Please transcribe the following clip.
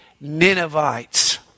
Ninevites